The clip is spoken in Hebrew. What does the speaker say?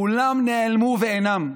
כולם נעלמו ואינם,